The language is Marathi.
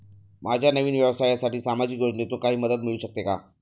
माझ्या नवीन व्यवसायासाठी सामाजिक योजनेतून काही मदत मिळू शकेल का?